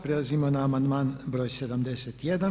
Prelazimo na amandman broj 71.